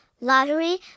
Lottery